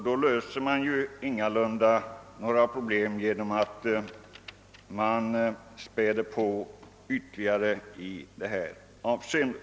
Då löser man ju inte problemet genom att späda på med ytterligare arbetskraftsbehov.